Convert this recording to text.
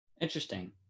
Interesting